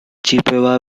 chippewa